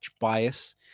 bias